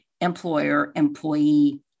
employer-employee